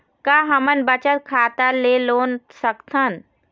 का हमन बचत खाता ले लोन सकथन?